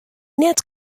net